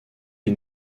les